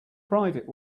private